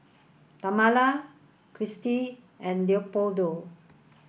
Tamala Kirstie and Leopoldo